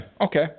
Okay